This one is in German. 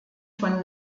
von